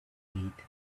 need